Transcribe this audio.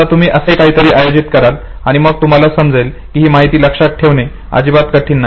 आता तुम्ही असे काहीतरी आयोजित कराल आणि मग तुम्हाला समजेल की ही माहिती लक्षात ठेवणे अजिबात कठीण नाही